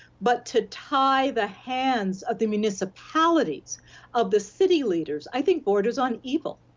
but to tie the hands of the municipalities of the city leaders i think borders on evil.